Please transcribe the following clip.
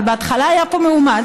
אבל בהתחלה הייתה פה מהומה.